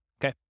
Okay